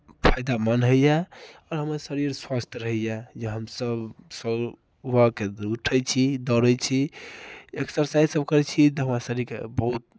फायदामन्द होइए आओर हमर शरीर स्वस्थ रहैए जे हमसभ सभ सुबहकेँ उठैत छी दौड़ै छी एक्सरसाइजसभ करै छी तऽ हमरा शरीरकेँ बहुत